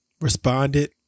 responded